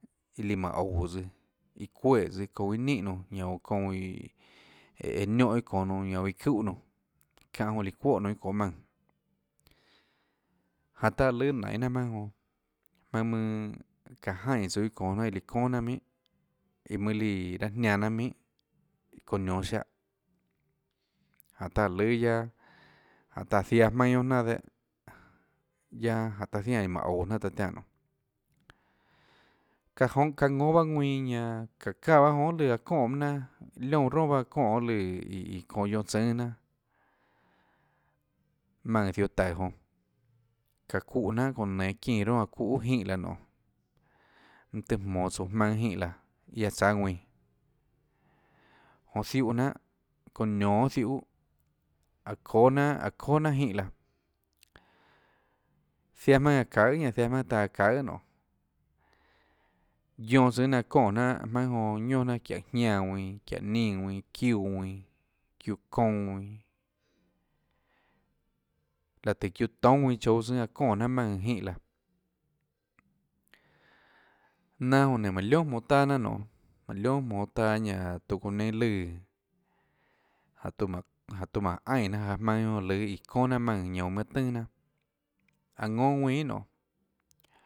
Iã líã manã oúå tsøã iã çueès çounã iâ nínhà nunã ñanã oå çounã iå eeã niónhã iâ çonå nunã ñanã oå iã çuúhà nunã çáhã jonã líã çuóhà nunã iâ çoê maùnã jáhå taã lùâ nainê jnanà jmaønâ jonã jmaùnâ mønâ çaã jainè tsouã iâ çonå jnanà iã líã çónà jnanà minhà iã mønâ líã raâ jnianã jnanà minhà çounã nionå ziáhã jáhå taã lùâ guiaâ jáhå taã áå ziaã jmaønâ guioà jnanà dehâ guiaâ jáhå taã ziaè iã manã oúå jnanà taã tiánã nonê çaã joúnâ çaã ðónâ bahâ ðuinã ñanã çaã çáã bahâ jonã guiohà lùã aã çonè m jnanà liónã roà bahâ çonè lùã iiã çonå guionã tsùnâ jnanà maùnã ziohå taùå jonã çaã çuúhå jnanhà çonã nenå çínã ronà çuúhãuu jínhã laã nionê mønâ tøhê jmonå tsouã maønâ jínhã laã iâ aã tsáâ ðuinãjonã ziúhã jnanhà çounã nionå ziúhã aã çóâ jnanhà aã çóà jnanhà jínhã laã ziaã jmaønâ aã çaùhà ñanã ziaã jmaønâ taã aã çaùhànonê guioã tsùâ jnanà çonè jnanà jmaønâ jonã guionà jnanà çiáhå jñánã ðuinã çiáhå nínã ðuinã çiúã ðuinã çiúã çounã ðuinã láå tùhå çiúã toúnâ ðuinã chouå tsùnâ aã çonè jnanà maùnã jínhã laã nanâ jonã nénå mánhå liónà jmonå taâ jnanà nionê mánhå liónà jmonå taâ ñanã tiuã çounã neinâ lùã jáhå tiuã mánhå jáhå tiuã mánhå ainè jnanà jaå jmaønâ ñionâ lùâ iã çóà jnanà maùnã ñanã uå manâ tønà jnanà aå ðónâ ðuinã guiohà nionê.